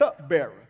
cupbearer